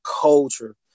culture